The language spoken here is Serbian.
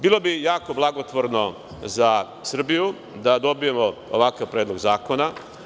Bilo bi jako blagotvorno za Srbiju da dobijemo ovakav Predlog zakona.